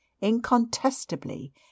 incontestably